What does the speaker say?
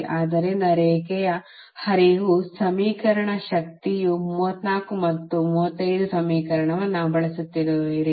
ಆದ್ದರಿಂದ ರೇಖೆಯ ಹರಿವು ಸಮೀಕರಣ ಶಕ್ತಿಯು 34 ಮತ್ತು 35 ಸಮೀಕರಣವನ್ನು ಬಳಸುತ್ತಿರುವಿರಿ